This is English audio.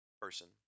person